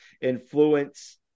influence